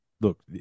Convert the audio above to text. look